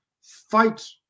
fight